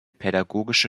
pädagogische